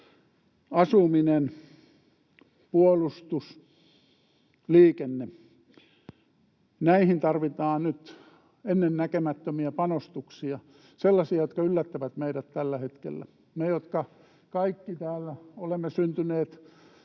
asuminen, puolustus, liikenne. Näihin tarvitaan nyt ennennäkemättömiä panostuksia — sellaisia, jotka yllättävät meidät tällä hetkellä. Me kaikki täällä, jotka olemme syntyneet